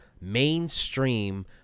mainstream